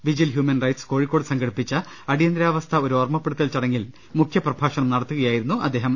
vigil Human Rights Kozhikode സംഘടിപ്പിച്ച അടിയന്തരാവസ്ഥ ഒരു ഓർമ്മപ്പെടുത്തൽ ചടങ്ങിൽ മുഖ്യപ്രഭാഷണം നടത്തുകയായിരുന്നു അദ്ദേഹം